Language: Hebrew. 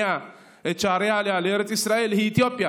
את שעריה לארץ ישראל היא אתיופיה.